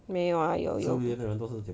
没有啊有有